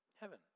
Heaven